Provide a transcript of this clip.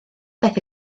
daeth